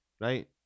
right